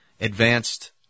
advanced